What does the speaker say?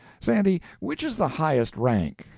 sandy, which is the highest rank,